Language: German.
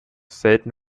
selten